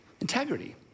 Integrity